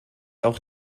auch